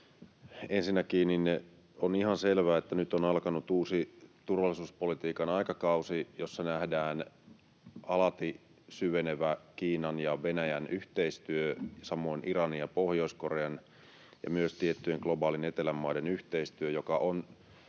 Ensinnäkin on ihan selvää, että nyt on alkanut uusi turvallisuuspolitiikan aikakausi, jossa nähdään alati syvenevä Kiinan ja Venäjän yhteistyö, samoin Iranin ja Pohjois-Korean ja myös tiettyjen globaalin etelän maiden yhteistyö, joka on